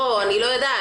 לא, אני לא יודעת.